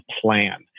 plan